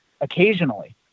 occasionally